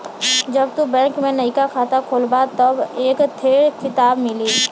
जब तू बैंक में नइका खाता खोलबा तब एक थे किताब मिली